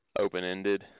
open-ended